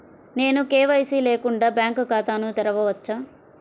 నేను కే.వై.సి లేకుండా బ్యాంక్ ఖాతాను తెరవవచ్చా?